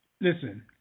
listen